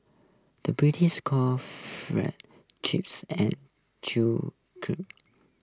the British calls Fries Chips and true crisps